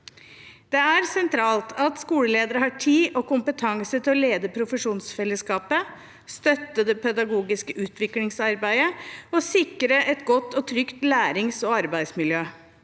Det er sentralt at skoleledere har tid og kompetanse til å lede profesjonsfellesskapet, støtte det pedagogiske utviklingsarbeidet og sikre et godt og trygt lærings- og arbeidsmiljø.